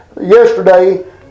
yesterday